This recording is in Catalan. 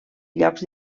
llocs